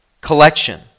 collection